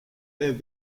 ebb